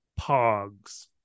pogs